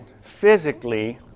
physically